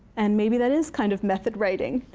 and maybe that is kind of method writing.